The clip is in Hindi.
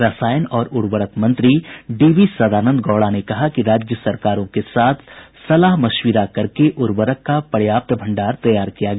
रसायन और उर्वरक मंत्री डी वी सदानंद गौड़ा ने कहा कि राज्य सरकारों के साथ सलाह मशविरा करके उर्वरक का पर्याप्त भंडार तैयार किया गया